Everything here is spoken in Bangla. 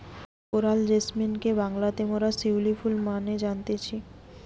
কোরাল জেসমিনকে বাংলাতে মোরা শিউলি ফুল মানে জানতেছি